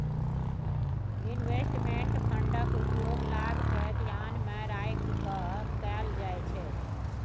investment फंडक उपयोग लाभ केँ धियान मे राइख कय कअल जाइ छै